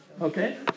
Okay